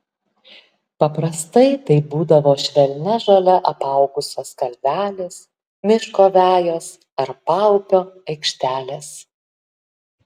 paprastai tai būdavo švelnia žole apaugusios kalvelės miško vejos ar paupio aikštelės